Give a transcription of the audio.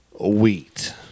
wheat